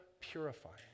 purifying